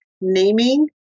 naming